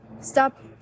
stop